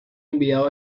enviado